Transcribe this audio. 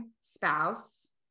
spouse